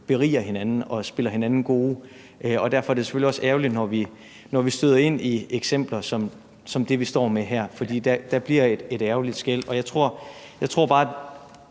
beriger hinanden og spiller hinanden gode. Derfor er det selvfølgelig også ærgerligt, når vi støder ind i eksempler som det, vi står med her, fordi der bliver et ærgerligt skel. Jeg tror